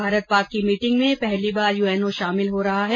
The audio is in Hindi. भारत पाक की बैठक में पहली बार यूएनओ शामिल हो रहा है